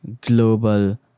global